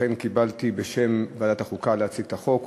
אכן קיבלתי עלי להציג את החוק בשם ועדת החוקה,